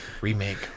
remake